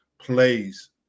plays